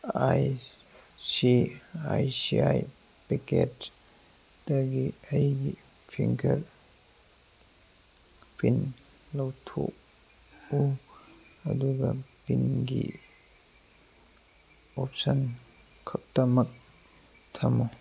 I C I C I ꯄꯦꯛꯀꯦꯠꯇꯒꯤ ꯑꯩꯒꯤ finger print ꯂꯧꯊꯣꯛꯎ ꯑꯗꯨꯒ ꯄꯤꯟꯒꯤ ꯑꯣꯞꯁꯟ ꯈꯛꯇꯃꯛ ꯊꯝꯃꯨ